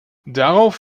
darauf